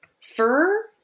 fur